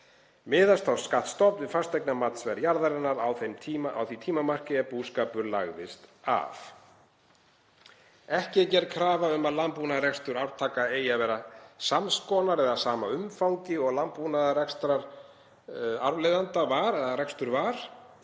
Miðast þá skattstofn við fasteignamatsverð jarðarinnar á því tímamarki er búskapur lagðist af. Ekki er gerð krafa um að landbúnaðarrekstur arftaka eigi að vera sams konar eða að sama umfangi og landbúnaðarrekstur arfleiðanda var, heldur er